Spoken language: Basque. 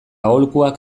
aholkuak